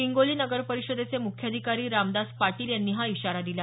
हिंगोली नगर परिषदेचे मुख्याधिकारी रामदास पाटील यांनी हा इशारा दिला